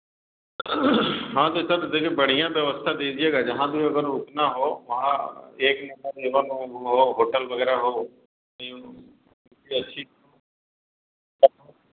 हाँ तो तब देखिए बढ़ियाँ व्यवस्था दीजिएगा जहाँ भी अगर रुकना हो वहाँ एक नंबर यह लोग हो होटल वगैरह हो यूँ या सीट